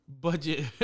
budget